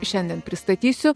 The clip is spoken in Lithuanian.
šiandien pristatysiu